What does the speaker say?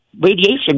radiation